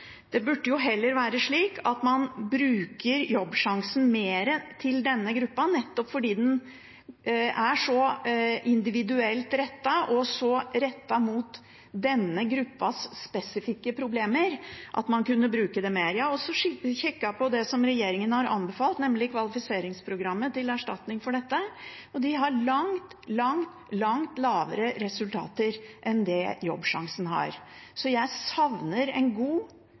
Det burde heller være slik at man bruker Jobbsjansen mer til denne gruppa, nettopp fordi den er så individuelt rettet og så rettet mot denne gruppas spesifikke problemer at man kunne bruke det mer. Jeg har også kikket på det regjeringen har anbefalt, nemlig kvalifiseringsprogrammet til erstatning for dette. Det har langt, langt lavere resultater enn det Jobbsjansen har. Så jeg savner en god